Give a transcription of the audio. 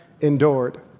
endured